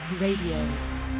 Radio